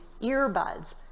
earbuds